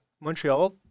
Montreal